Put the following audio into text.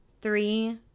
three